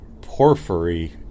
porphyry